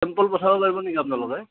sample পঠাব পাৰিব নেকি আপোনালোকে